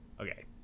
okay